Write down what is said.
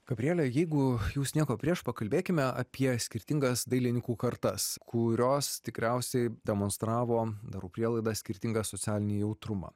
gabriele jeigu jūs nieko prieš pakalbėkime apie skirtingas dailininkų kartas kurios tikriausiai demonstravo darau prielaidą skirtingą socialinį jautrumą